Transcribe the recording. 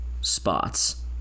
spots